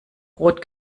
brot